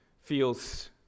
feels